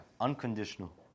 Unconditional